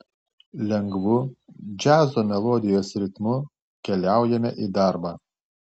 lengvu džiazo melodijos ritmu keliaujame į darbą